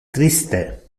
triste